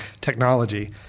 technology